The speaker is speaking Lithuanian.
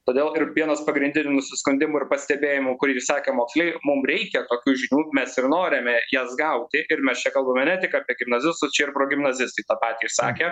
todėl ir vienas pagrindinių nusiskundimų ir pastebėjimų kurį sakė moksleiviai mum reikia tokių žinių mes ir norime jas gauti ir mes čia kalbame ne tik apie gimnazistus čia ir progimnazistai tą patį sakė